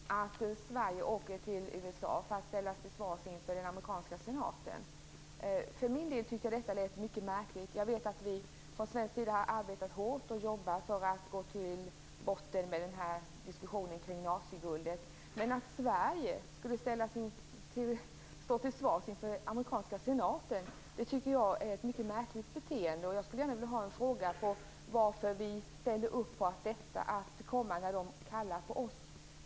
Fru talman och statsministern! Jag har hört på radion i dag att representanter från Sverige åker till USA för att ställas till svars inför den amerikanska senaten. För min del tycker jag att detta lät mycket märkligt. Jag vet att vi från svensk sida har arbetat hårt för att gå till botten med diskussionen kring naziguldet, men att ställa Sverige till svars inför den amerikanska senaten tycker jag är ett mycket märkligt beteende. Jag skulle vilja ställa frågan varför vi ställer upp på detta, att komma när man kallar på oss.